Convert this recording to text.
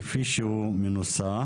כפי שהן מנוסחות.